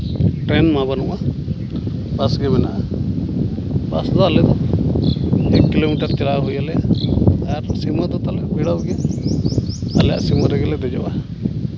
train ᱢᱟ ᱵᱟᱹᱱᱩᱜᱼᱟ bus ᱜᱮ ᱢᱮᱱᱟᱜᱼᱟ ᱵᱟᱹᱥ ᱫᱚ ᱟᱞᱮ ᱫᱚ ᱢᱤᱫ ᱠᱤᱞᱳᱢᱤᱴᱟᱨ ᱪᱟᱞᱟᱣ ᱦᱩᱭ ᱟᱞᱮᱭᱟ ᱟᱨ ᱥᱤᱢᱟᱹ ᱫᱚ ᱛᱟᱞᱮ ᱵᱷᱤᱲᱟᱹᱣ ᱜᱮ ᱟᱞᱮᱭᱟᱜ ᱥᱤᱢᱟᱹ ᱨᱮᱜᱮ ᱞᱮ ᱫᱮᱡᱚᱜᱼᱟ